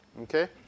okay